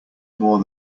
more